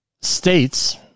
states